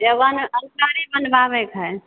Avon अलमारी बनबाबके है